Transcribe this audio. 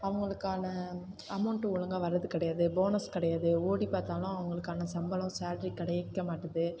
அவங்களுக்கான அமௌண்ட்டு ஒழுங்காக வர்றது கிடையாது போனஸ் கிடையாது ஓடி பார்த்தாலும் அவங்களுக்கான சம்பளம் சேலரி கிடைக்க மாட்டுது